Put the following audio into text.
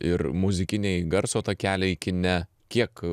ir muzikiniai garso takeliai kine kiek